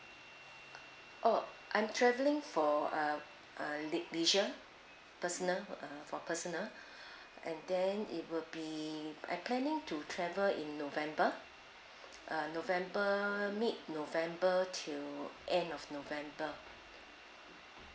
oh I'm travelling for uh uh lei~ leisure personal uh for personal and then it will be I planning to travel in november uh november mid november to end of november